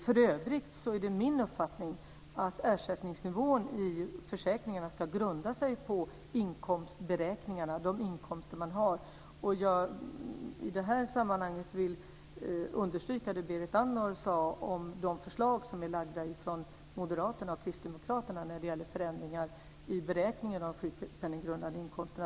För övrigt är det min uppfattning att ersättningsnivån i försäkringarna ska grunda sig på beräkningarna av de inkomster som man har. I det sammanhanget vill jag understryka det som Berit Andnor sade om de förslag som har lagts fram av moderaterna och kristdemokraterna om förändringar av beräkningen av den sjukpenninggrundande inkomsten.